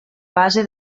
base